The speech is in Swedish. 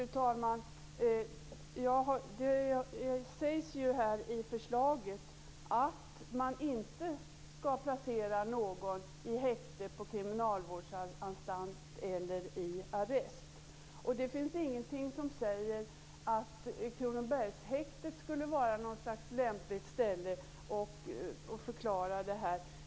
Fru talman! Det sägs i förslaget att man inte skall placera någon i häkte på kriminalvårdsanstalt eller i arrest. Det finns ingenting som säger att Kronobergshäktet skulle vara något slags lämpligt ställe.